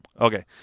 Okay